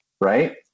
right